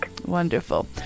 Wonderful